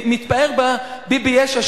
ביבי-יש"ע,